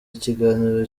ikiganiro